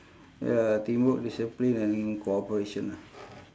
ya teamwork discipline and cooperation ah